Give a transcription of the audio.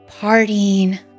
partying